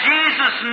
Jesus